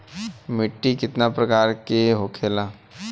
मिट्टी कितने प्रकार के होखेला?